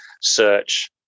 Search